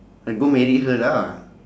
I go marry her lah